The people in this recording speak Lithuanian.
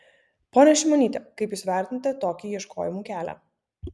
ponia šimonyte kaip jūs vertinate tokį ieškojimų kelią